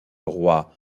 roi